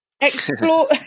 Explore